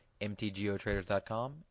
MTGOTraders.com